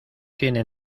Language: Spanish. tiene